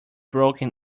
broken